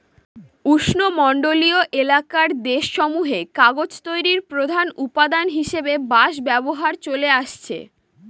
উষ্ণমন্ডলীয় এলাকার দেশসমূহে কাগজ তৈরির প্রধান উপাদান হিসাবে বাঁশ ব্যবহার চলে আসছে